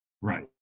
Right